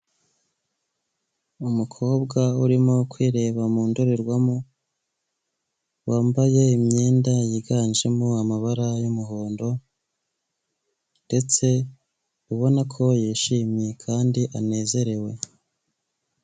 Umukobwa urimo kwireba mu ndorerwamo, wambaye imyenda yiganjemo amabara y'umuhondo ndetse ubona ko yishimye kandi anezerewe.